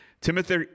Timothy